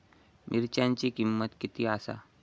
मिरच्यांची किंमत किती आसा?